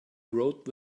wrote